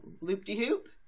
loop-de-hoop